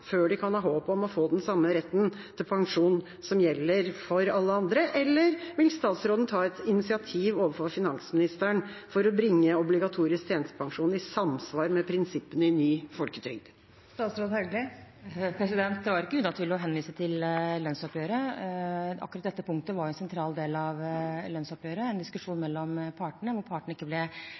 før de kan ha håp om å få den samme retten til pensjon som gjelder for alle andre, eller vil statsråden ta et initiativ overfor finansministeren til å bringe obligatorisk tjenestepensjon i samsvar med prinsippene i ny folketrygd? Det var ikke unaturlig å henvise til lønnsoppgjøret. Akkurat dette punktet var en sentral del av lønnsoppgjøret, en diskusjon mellom partene, der partene ikke ble